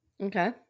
Okay